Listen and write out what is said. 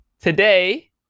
today